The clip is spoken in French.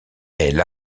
elle